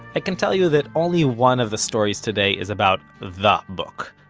i can tell you that only one of the stories today is about the book,